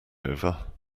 over